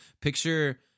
Picture